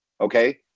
okay